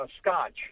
scotch